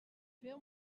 fer